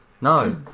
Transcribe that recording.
No